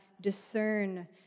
discern